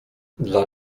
dla